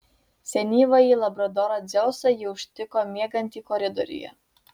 senyvąjį labradorą dzeusą ji užtiko miegantį koridoriuje